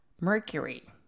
Mercury